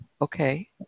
Okay